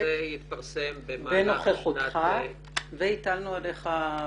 -- הדוח הזה התפרסם במהלך שנת ---- והטלנו עליך,